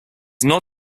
not